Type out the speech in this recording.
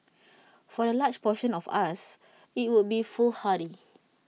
for the large portion of us IT would be foolhardy